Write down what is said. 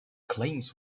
claims